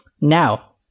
Now